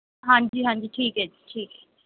ਹਾਂਜੀ ਹਾਂਜੀ ਠੀਕ ਹੈ ਜੀ ਠੀਕ